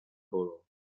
bolą